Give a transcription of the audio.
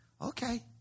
okay